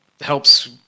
helps